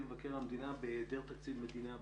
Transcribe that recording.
מבקר המדינה בהיעדר תקציב מדינה ב-2020.